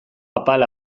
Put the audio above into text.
apal